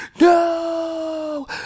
no